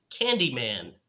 Candyman